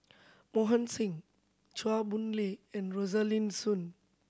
Bohan Singh Chua Boon Lay and Rosaline Soon